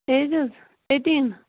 age حظ eighteen